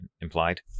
implied